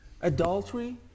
adultery